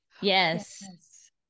yes